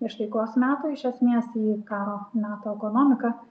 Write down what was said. iš taikos metų iš esmės į karo meto ekonomiką